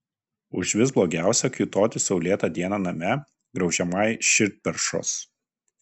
užvis blogiausia kiūtoti saulėtą dieną name graužiamai širdperšos